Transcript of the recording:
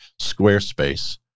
Squarespace